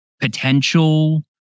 potential